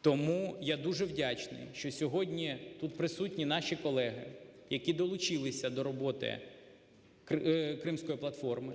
Тому я дуже вдячний, що сьогодні тут присутні наші колеги, які долучилися до роботи Кримської платформи.